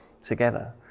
together